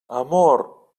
amor